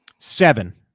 Seven